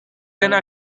dena